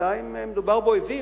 בינתיים מדובר באויבים.